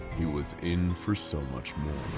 he was in for so much more.